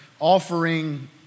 offering